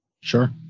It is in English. Sure